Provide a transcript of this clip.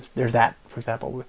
there's that for example.